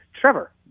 Trevor